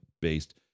based